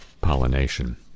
pollination